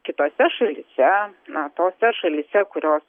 kitose šalyse na tose šalyse kurios